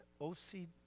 OCD